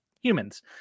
humans